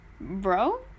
bro